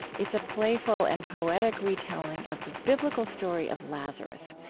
it's a playful and poetic retelling of the biblical story of lazarus,